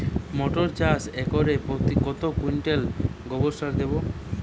মটর চাষে একরে কত কুইন্টাল গোবরসার দেবো?